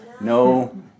No